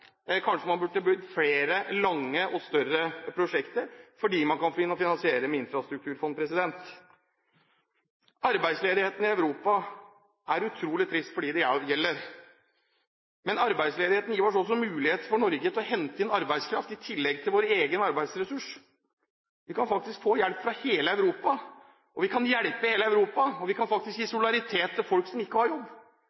Kanskje man burde brukt flere lange og større prosjekter fordi man kan finansiere det med infrastrukturfond. Arbeidsledigheten i Europa er utrolig trist for dem det gjelder. Men arbeidsledigheten gir oss også mulighet til å hente inn arbeidskraft i tillegg til vår egen arbeidsressurs. Vi kan faktisk få hjelp fra hele Europa, og vi kan hjelpe hele Europa. Vi kan gi